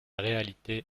réalité